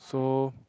so